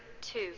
two